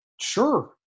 Sure